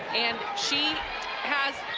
and she has,